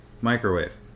microwave